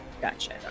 Gotcha